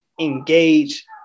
engage